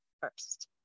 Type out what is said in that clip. first